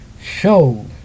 Show